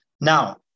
Now